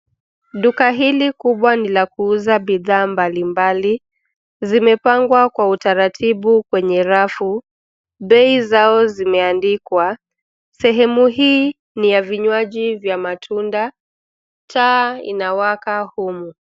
Duka hili kubwa ni la kuuza bithaa mbalimbali, zimepangwa kwa utaratibu kwenye rafu, bei zao zimeandikwa, sehemu hii ni ya vinywaji vya matunda, taa inawaka humu.